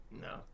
No